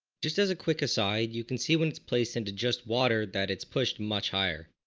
just as a quick aside you can see when it's placed into just water that it's pushed much higher.